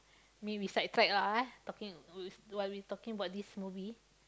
may we sidetrack ah eh talking w~ while we talking about this movie